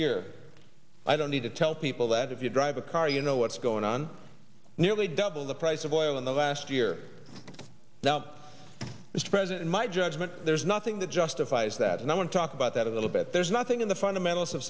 year i don't need to tell people that if you drive a car you know what's going on nearly double the price of oil in the last year now mr president my judgment there's nothing that justifies that and i want to talk about that a little bit there's nothing in the fundamentals of